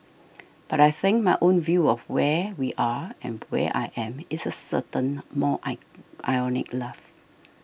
but I think my own view of where we are and where I am is a certain more I ironic love